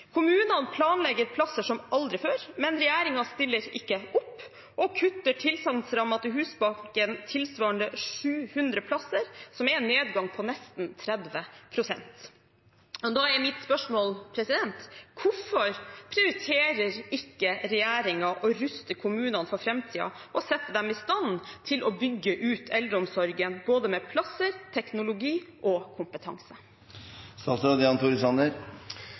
Kommunene planlegger plasser som aldri før, men regjeringen stiller ikke opp – den kutter tilsagnsrammen til Husbanken tilsvarende 700 plasser, som er en nedgang på nesten 30 pst. Da er mitt spørsmål: Hvorfor prioriterer ikke regjeringen å ruste kommunene for framtiden og sette dem i stand til å bygge ut eldreomsorgen, både med plasser, med teknologi og